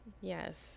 Yes